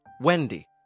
Wendy